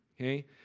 Okay